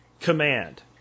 command